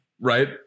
Right